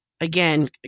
again